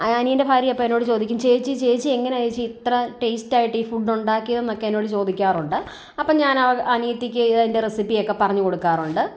അനിയൻ്റെ ഭാര്യ അപ്പോൾ എന്നോട് ചോദിക്കും ചേച്ചി ചേച്ചി എങ്ങനാ ചേച്ചി ഇത്ര ടേയ്സ്റ്റ് ആയിട്ട് ഈ ഫുഡ്ഡുണ്ടാക്കിയതെന്നൊക്കെ എന്നോട് ചോദിക്കാറുണ്ട് അപ്പം ഞാ അവ അനിയത്തിക്ക് അതിൻ്റെ റെസിപ്പി ഒക്കെ പറഞ്ഞു കൊടുക്കാറുണ്ട്